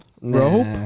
Rope